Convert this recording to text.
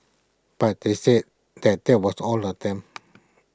but they said that that was all of them